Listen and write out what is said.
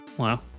wow